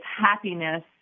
happiness